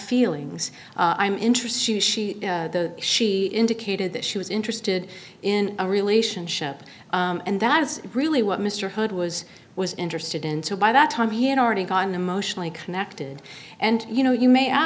feelings i'm interested she indicated that she was interested in a relationship and that is really what mr hood was was interested in so by that time he had already gotten emotionally connected and you know you may